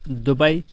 Dubai